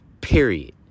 Period